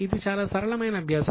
ఇది చాలా సరళమైన అభ్యాసం